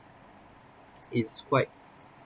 it's quite